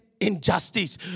injustice